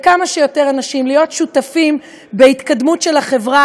לכמה שיותר אנשים להיות שותפים בהתקדמות של החברה